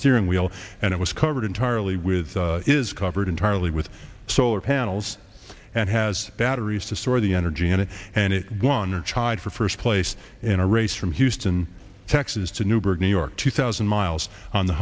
steering wheel and it was covered entirely with is covered entirely with solar panels and has batteries to store the energy in it and it won or chide for first place in a race from houston texas to newburgh new york two thousand miles on the